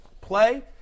play –